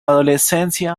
adolescencia